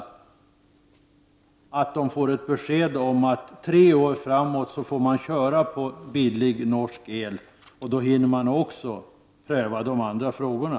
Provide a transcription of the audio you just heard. Ljungaverk måste alltså få ett besked om att det går att under tre år framåt använda sig av billig norsk el. Under tiden hinner man pröva de andra frågorna.